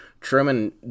Truman